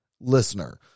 listener